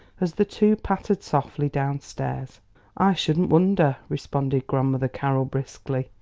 as the two pattered softly downstairs i shouldn't wonder, responded grandmother carroll briskly.